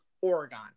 Oregon